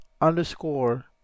underscore